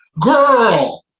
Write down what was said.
Girl